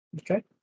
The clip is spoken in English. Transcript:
Okay